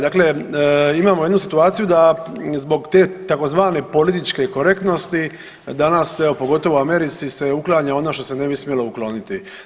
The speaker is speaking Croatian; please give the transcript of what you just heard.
Dakle, imamo jednu situaciju da zbog te tzv. političke korektnosti danas evo pogotovo u Americi se uklanja ono što se ne bi smjelo ukloniti.